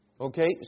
Okay